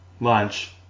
lunch